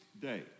day